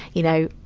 you know.